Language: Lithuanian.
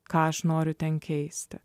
ką aš noriu ten keisti